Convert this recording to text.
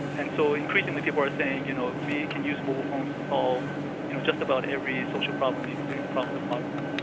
and so increasingly people are saying, you know, ah we can use mobile phones to solve you know just about every social problem, including the problems of poverty.